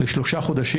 לשלושה חודשים.